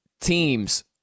teams